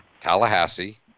Tallahassee